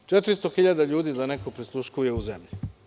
Četristo hiljada ljudi da neko prisluškuje u zemlji.